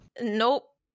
Nope